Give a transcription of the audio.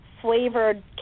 flavored